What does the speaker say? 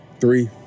three